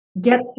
get